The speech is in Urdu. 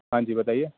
ہاں جی بتائیے